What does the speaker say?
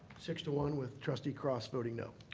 six one with trustee cross voting no.